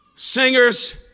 Singers